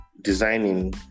designing